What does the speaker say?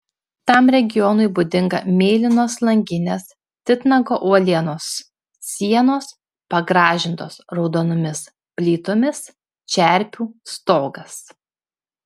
tam regionui būdinga mėlynos langinės titnago uolienos sienos pagražintos raudonomis plytomis čerpių stogas